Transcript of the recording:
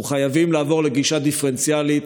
אנחנו חייבים לעבור לגישה דיפרנציאלית,